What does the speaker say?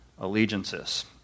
allegiances